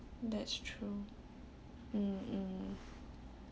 that's true mm mm